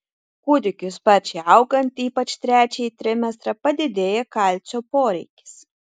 kūdikiui sparčiai augant ypač trečiąjį trimestrą padidėja kalcio poreikis